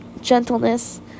gentleness